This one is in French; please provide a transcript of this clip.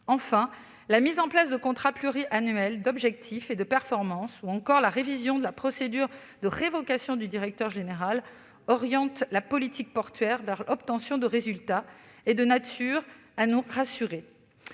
Enfin, la mise en place de contrats pluriannuels d'objectifs et de performance ou encore la révision de la procédure de révocation du directeur général oriente la politique portuaire vers l'obtention de résultats, ce qui est de nature à nous rassurer.